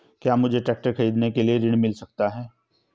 क्या मुझे ट्रैक्टर खरीदने के लिए ऋण मिल सकता है?